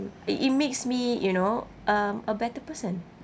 it it makes me you know um a better person